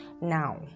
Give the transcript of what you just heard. Now